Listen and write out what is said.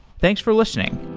thanks for listening